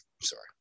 sorry